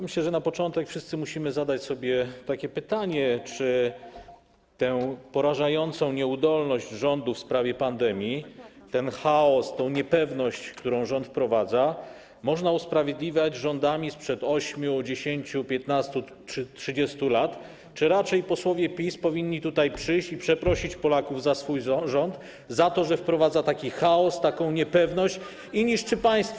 Myślę, że na początek wszyscy musimy zadać sobie pytanie, czy tę porażającą nieudolność rządu w sprawie pandemii, ten chaos, tę niepewność, którą rząd wprowadza, można usprawiedliwiać rządami sprzed 8, 10, 15 czy 30 lat, czy raczej posłowie PiS powinni tutaj przyjść i przeprosić Polaków za swój rząd, za to, że wprowadza taki chaos, taką niepewność i niszczy państwo.